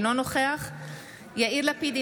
אינו נוכח יאיר לפיד,